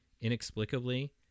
inexplicably